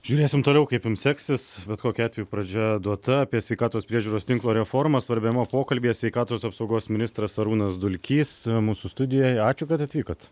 žiūrėsim toliau kaip jum seksis bet kokiu atveju pradžia duota apie sveikatos priežiūros tinklo reformą svarbiame pokalbyje sveikatos apsaugos ministras arūnas dulkys mūsų studijoje ačiū kad atvykot